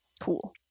cool